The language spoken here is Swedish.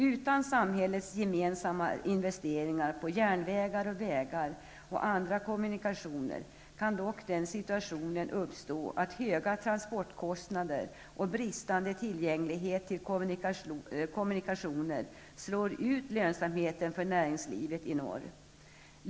Utan samhällets gemensamma investeringar i järnvägar, vägar och andra kommunikationer i norr kan dock den situationen uppstå att höga transportkostnader och bristande tillgänglighet till kommunikationer slår ut lönsamheten för näringslivet i norr.